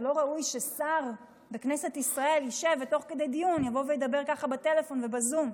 זה לא ראוי ששר בממשלת ישראל ישב ותוך כדי דיון ידבר ככה בטלפון ובזום.